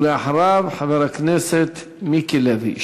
ואחריו, חבר הכנסת מיקי לוי.